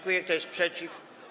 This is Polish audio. Kto jest przeciw?